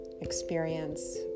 experience